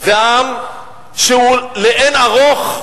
זה עם שהוא לאין ערוך,